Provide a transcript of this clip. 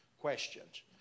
questions